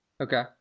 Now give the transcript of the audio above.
Okay